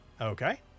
Okay